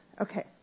okay